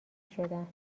شدم